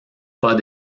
pas